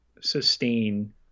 sustain